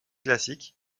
classique